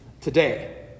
today